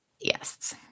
Yes